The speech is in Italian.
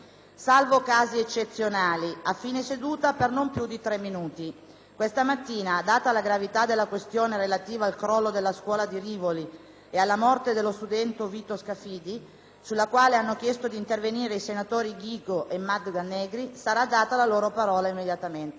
salvo casi eccezionali - a fine seduta per non più di tre minuti. Questa mattina, data la gravità della questione relativa al crollo della scuola di Rivoli e alla morte dello studente Vito Scafidi, sulla quale hanno chiesto di intervenire i senatori Ghigo e Magda Negri, sarà data loro la parola immediatamente.